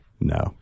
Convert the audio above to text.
No